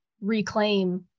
reclaim